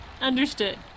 Understood